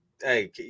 hey